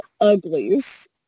Uglies